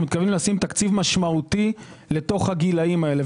מתכוונים לשים תקציב משמעותי לתוך הגילאים הללו.